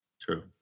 true